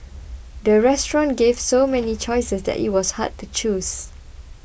the restaurant gave so many choices that it was hard to choose